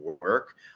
work